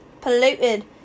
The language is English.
polluted